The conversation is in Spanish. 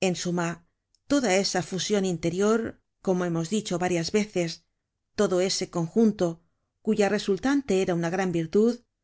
en suma toda esa fusion interior como hemos dicho varias veces todo ese conjunto cuya resultante era una gran virtud